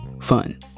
fun